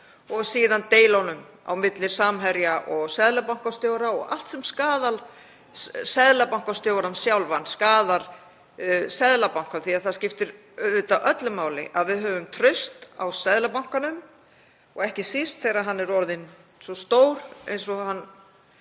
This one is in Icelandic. og síðan deilurnar á milli Samherja og seðlabankastjóra. Allt sem skaðar seðlabankastjórann sjálfan skaðar Seðlabankann því að það skiptir auðvitað öllu máli að við höfum traust á Seðlabankanum og ekki síst þegar hann er orðinn svo stór eins og hann